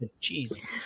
Jesus